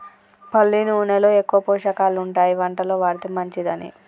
పల్లి నూనెలో ఎక్కువ పోషకాలు ఉంటాయి వంటలో వాడితే మంచిదని